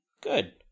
Good